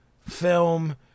film